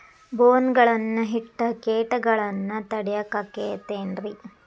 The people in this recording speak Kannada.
ಬೋನ್ ಗಳನ್ನ ಇಟ್ಟ ಕೇಟಗಳನ್ನು ತಡಿಯಾಕ್ ಆಕ್ಕೇತೇನ್ರಿ?